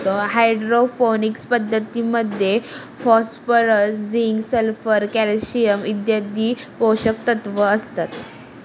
hydroponics पद्धतीमध्ये phosphorus, zinc, sulphur, calcium इत्यादी पोषकतत्व असतात